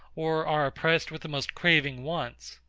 or are oppressed with the most craving wants.